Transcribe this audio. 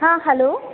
हां हॅलो